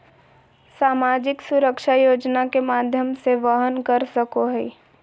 सामाजिक सुरक्षा योजना के माध्यम से वहन कर सको हइ